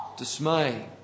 Dismay